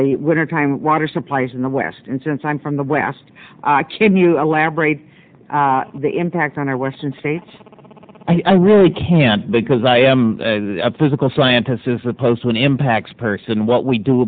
the wintertime water supplies in the west and since i'm from the west can you elaborate the impact on our western states i really can't because i am a physical scientists is opposed to an impacts person what we do